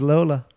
Lola